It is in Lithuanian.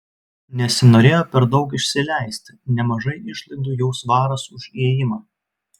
nesinorėjo per daug išsileisti nemažai išlaidų jau svaras už įėjimą